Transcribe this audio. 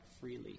freely